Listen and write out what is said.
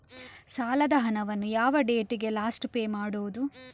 ಸಾಲದ ಹಣವನ್ನು ಯಾವ ಡೇಟಿಗೆ ಲಾಸ್ಟ್ ಪೇ ಮಾಡುವುದು?